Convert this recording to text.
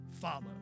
follow